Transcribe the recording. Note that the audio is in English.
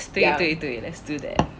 yes 对对对 let's do that